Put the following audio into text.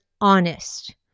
honest